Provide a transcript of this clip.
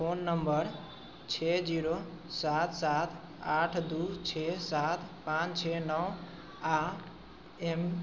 phone number छओ zero सात सात आठ दू छओ सात पाँच छओ नओ आओर एम